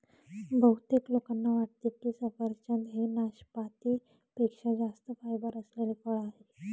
बहुतेक लोकांना वाटते की सफरचंद हे नाशपाती पेक्षा जास्त फायबर असलेले फळ आहे